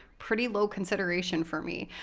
pretty low consideration for me.